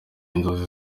inzozi